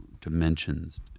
Dimensions